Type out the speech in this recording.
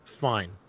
fine